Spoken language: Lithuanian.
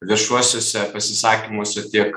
viešuosiuose pasisakymuose tiek